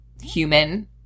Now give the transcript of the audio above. human